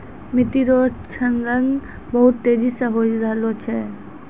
मिट्टी रो क्षरण बहुत तेजी से होय रहलो छै